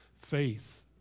faith